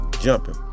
jumping